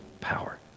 power